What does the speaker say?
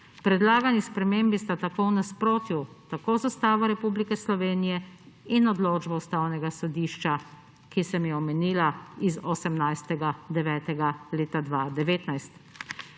Predlagani spremembi sta tako v nasprotju tako z Ustavo Republike Slovenije in odločbo Ustavnega sodišča, ki sem jo omenila, z 18. 9. leta 2019.